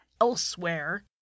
elsewhere